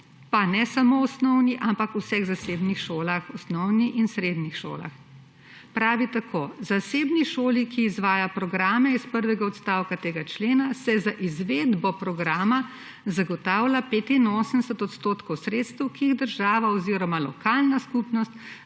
pa ne samo o osnovni, ampak o vseh zasebnih šolah, osnovnih in srednjih šolah, in pravi takole: »Zasebni šoli, ki izvaja programe iz prvega odstavka tega člena, se za izvedbo programa zagotavlja 85 odstotkov sredstev, ki jih država oziroma lokalna skupnost